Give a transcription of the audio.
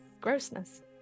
grossness